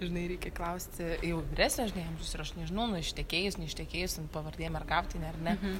žinai reikia klausti jau vyresnio žinai amžiaus ir aš nežinau nu ištekėjus neištekėjus pavardė mergautinė ar ne